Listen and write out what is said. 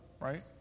right